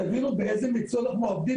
תבינו באיזה מקצוע אנחנו עובדים,